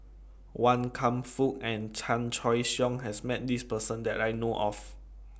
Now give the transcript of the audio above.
Wan Kam Fook and Chan Choy Siong has Met This Person that I know of